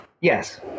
Yes